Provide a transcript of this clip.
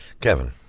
Kevin